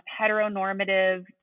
heteronormative